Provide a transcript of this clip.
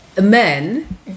men